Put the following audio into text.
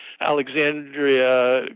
Alexandria